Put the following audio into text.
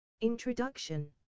Introduction